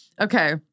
Okay